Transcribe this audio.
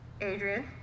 Adrian